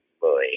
Boy